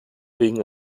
wegen